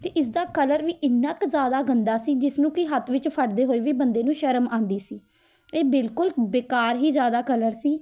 ਅਤੇ ਇਸਦਾ ਕਲਰ ਵੀ ਇੰਨਾ ਕੁ ਜ਼ਿਆਦਾ ਗੰਦਾ ਸੀ ਜਿਸਨੂੰ ਕਿ ਹੱਥ ਵਿੱਚ ਫੜਦੇ ਹੋਏ ਵੀ ਬੰਦੇ ਨੂੰ ਸ਼ਰਮ ਆਉਂਦੀ ਸੀ ਇਹ ਬਿਲਕੁਲ ਬੇਕਾਰ ਹੀ ਜ਼ਿਆਦਾ ਕਲਰ ਸੀ